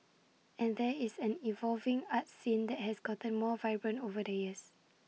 and there is an evolving arts scene that has gotten more vibrant over the years